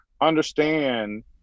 understand